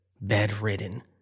bedridden